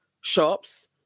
shops